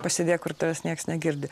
pasėdėk kur tavęs nieks negirdi